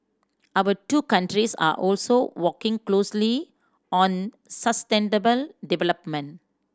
our two countries are also working closely on sustainable development